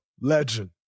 Legend